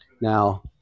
Now